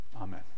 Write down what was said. Amen